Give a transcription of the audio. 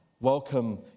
welcome